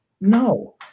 No